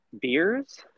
beers